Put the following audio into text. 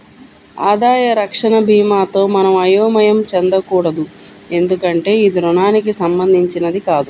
ఆదాయ రక్షణ భీమాతో మనం అయోమయం చెందకూడదు ఎందుకంటే ఇది రుణానికి సంబంధించినది కాదు